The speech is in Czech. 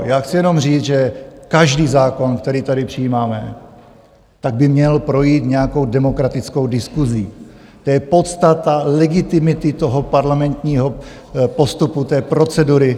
Já chci jenom říct, že každý zákon, který tady přijímáme, tak by měl projít nějakou demokratickou diskusí, to je podstata legitimity toho parlamentního postupu, té procedury.